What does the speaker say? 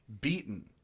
beaten